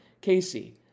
Casey